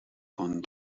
von